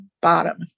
bottom